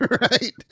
right